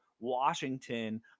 Washington